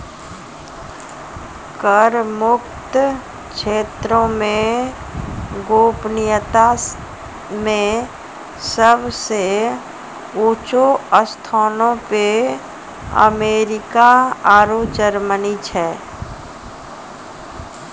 कर मुक्त क्षेत्रो मे गोपनीयता मे सभ से ऊंचो स्थानो पे अमेरिका आरु जर्मनी छै